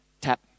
Tap